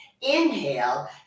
inhale